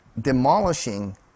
demolishing